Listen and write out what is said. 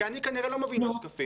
כי אני כנראה לא מבין משקפים.